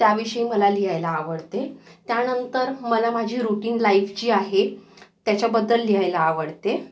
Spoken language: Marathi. त्याविषयी मला लिहायला आवडते त्यानंतर मला माझी रूटीन लाईफ जी आहे त्याच्याबद्दल लिहायला आवडते